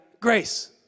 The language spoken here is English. grace